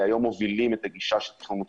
היום מובילים את הגישה של תחום מוטה